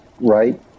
right